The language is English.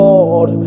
Lord